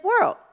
world